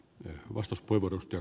arvoisa puhemies